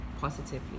positively